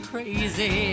Crazy